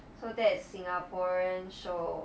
so that's singaporean show